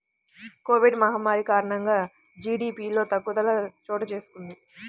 Covid మహమ్మారి కారణంగా జీడీపిలో తగ్గుదల చోటుచేసుకొంది